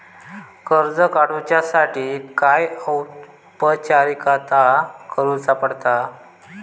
कर्ज काडुच्यासाठी काय औपचारिकता करुचा पडता?